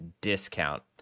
discount